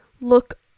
Look